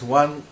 one